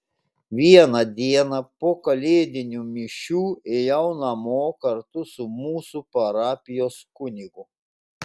vieną dieną po kalėdinių mišių ėjau namo kartu su mūsų parapijos kunigu